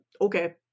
okay